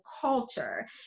culture